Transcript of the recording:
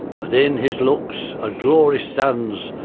but in his looks a glory stands,